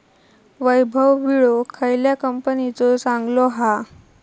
वैभव विळो खयल्या कंपनीचो चांगलो हा?